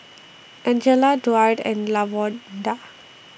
Angela Duard and Lavonda